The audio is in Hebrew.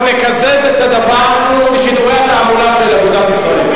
נקזז את הדבר משידורי התעמולה של אגודת ישראל.